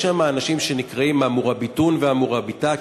יש שם אנשים שנקראים ה"מוראביטון" וה"מוראביטאת",